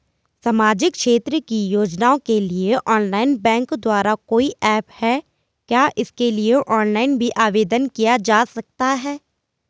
सामाजिक क्षेत्र की योजनाओं के लिए ऑनलाइन बैंक द्वारा कोई ऐप है क्या इसके लिए ऑनलाइन भी आवेदन किया जा सकता है?